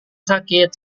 sakit